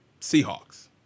seahawks